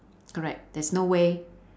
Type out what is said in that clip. correct there's no way